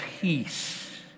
peace